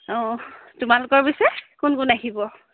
অঁ তোমালোকৰ পিছে কোন কোন আহিব